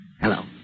Hello